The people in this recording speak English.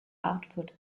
output